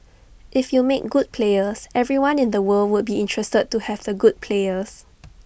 if you make good players everyone in the world will be interested to have the good players